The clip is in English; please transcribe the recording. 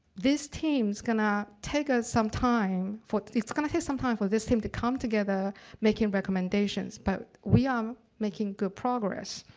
this team's going to take us some time, it's going to take some time for this team to come together making recommendations. but we are making good progress